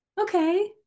okay